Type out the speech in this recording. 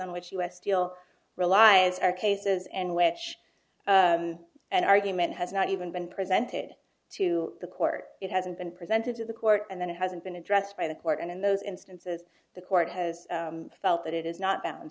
in which us deal relies are cases and which an argument has not even been presented to the court it hasn't been presented to the court and then it hasn't been addressed by the court and in those instances the court has felt that it is not bound